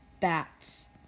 Bats